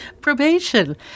probation